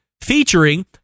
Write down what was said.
featuring